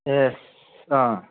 ꯑꯦ ꯑꯥ